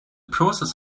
process